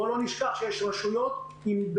בואו לא נשכח שיש כאן רשויות בהסגר.